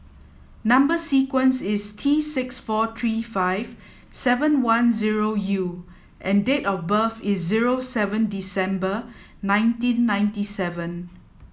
number sequence is T six four three five seven one zero U and date of birth is zero seven December nineteen ninety seven